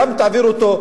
גם אם תעבירו אותו,